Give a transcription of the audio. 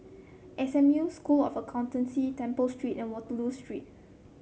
S M U School of Accountancy Temple Street and Waterloo Street